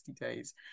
days